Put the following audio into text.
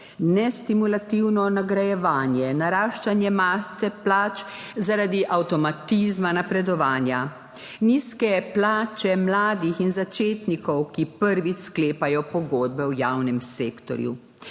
nestimulativno nagrajevanje, naraščanje mase plač zaradi avtomatizma napredovanja, nizke plače mladih in začetnikov, ki prvič sklepajo pogodbe v javnem sektorju.